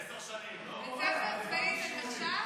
עשר שנים, בית ספר צבאי זה נחשב?